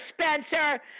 Spencer